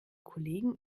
kollegen